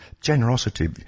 generosity